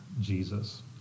Jesus